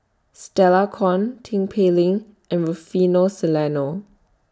Stella Kon Tin Pei Ling and Rufino Soliano